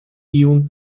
iun